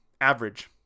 Average